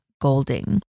Golding